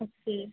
okay